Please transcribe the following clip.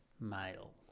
male